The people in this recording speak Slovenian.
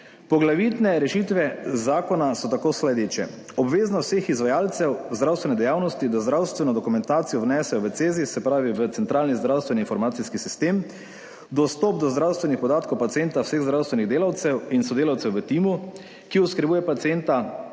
Poglavitne rešitve zakona so tako sledeče:, obveznost vseh izvajalcev zdravstvene dejavnosti, da zdravstveno dokumentacijo vnesejo v CeZIS, se pravi, v Centralni zdravstveno informacijski sistem, dostop do zdravstvenih podatkov pacienta vseh zdravstvenih delavcev in sodelavcev v timu, ki oskrbuje pacienta